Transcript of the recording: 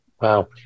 Wow